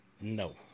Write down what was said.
No